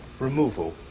removal